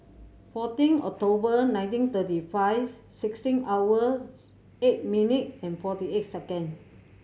fourteen October nineteen thirty five sixteen hour eight minute and forty eight second